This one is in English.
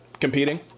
competing